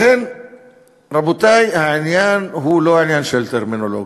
לכן, רבותי, העניין הוא לא עניין של טרמינולוגיה,